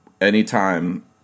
Anytime